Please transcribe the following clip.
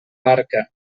barca